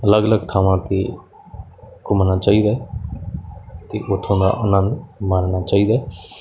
ਅਲੱਗ ਅਲੱਗ ਥਾਵਾਂ 'ਤੇ ਘੁੰਮਣਾ ਚਾਹੀਦਾ ਹੈ ਅਤੇ ਉੱਥੋਂ ਦਾ ਅਨੰਦ ਮਾਣਨਾ ਚਾਹੀਦਾ